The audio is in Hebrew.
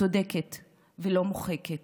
צודקת ולא מוחקת.